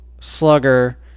slugger